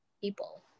people